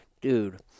Dude